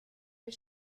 was